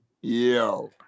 Yo